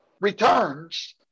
returns